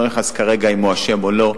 אני לא נכנס כרגע לשאלה אם הוא אשם או לא,